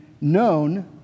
known